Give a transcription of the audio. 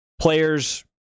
players